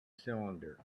cylinder